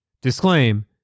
disclaim